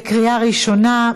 בקריאה ראשונה.